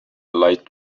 light